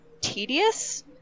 tedious